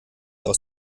aus